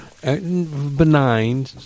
benign